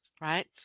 right